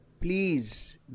please